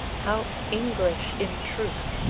how english, in truth,